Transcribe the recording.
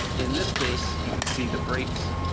in this space you could see the brakes